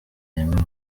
yemera